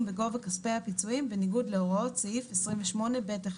בגובה כספי הפיצויים בניגוד להוראות סעיף 28ב'1/5."